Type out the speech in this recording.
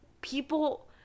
people